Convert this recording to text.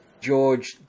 george